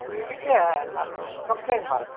ಅವ್ರ ಇದಕ್ಕೆ ನಾನು ಒಂದು ಕಂಪ್ಲೇಂಟ್ ಮಾಡಿದೆ